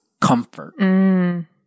comfort